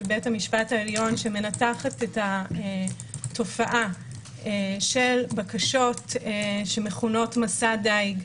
של בית המשפט העליון שמנתחת את התופעה של בקשות שמכונות "מסע דיג"